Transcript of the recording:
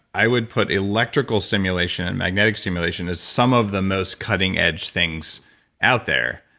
i would put electrical stimulation and magnetic stimulation as some of the most cutting edge things out there,